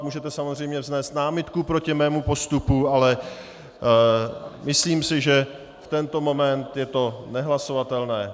Můžete samozřejmě vznést námitku proti mému postupu, ale myslím si, že v tento moment je to nehlasovatelné.